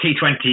T20